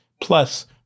Plus